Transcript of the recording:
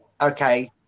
okay